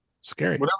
Scary